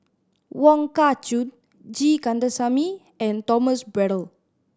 Wong Kah Chun G Kandasamy and Thomas Braddell